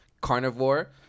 carnivore